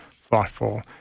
thoughtful